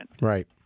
Right